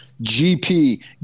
GP